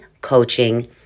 coaching